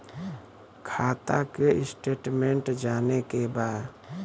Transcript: खाता के स्टेटमेंट जाने के बा?